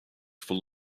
full